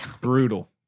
Brutal